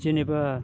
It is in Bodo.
जेनेबा